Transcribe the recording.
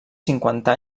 cinquanta